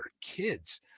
kids